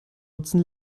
nutzen